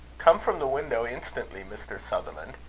come from the window instantly, mr. sutherland.